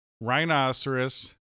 rhinoceros